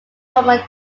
former